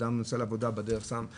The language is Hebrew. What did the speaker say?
אדם נוסע לעבודה ובדרך לשם,